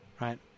right